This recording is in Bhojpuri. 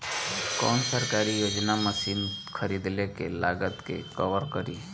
कौन सरकारी योजना मशीन खरीदले के लागत के कवर करीं?